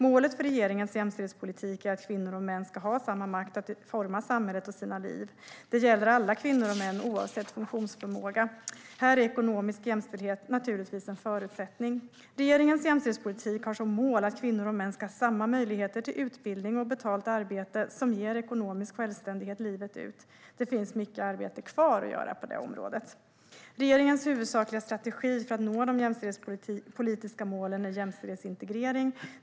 Målet för regeringens jämställdhetspolitik är att kvinnor och män ska ha samma makt att forma samhället och sina liv. Det gäller alla kvinnor och män oavsett funktionsförmåga. Här är ekonomisk jämställdhet naturligtvis en förutsättning. Regeringens jämställdhetspolitik har som mål att kvinnor och män ska ha samma möjligheter till utbildning och betalt arbete som ger ekonomisk självständighet livet ut. Det finns mycket arbete kvar att göra på det området. Regeringens huvudsakliga strategi för att nå de jämställdhetspolitiska målen är jämställdhetsintegrering.